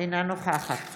אינה נוכחת